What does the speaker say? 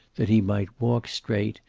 that he might walk straight,